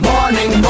Morning